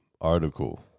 article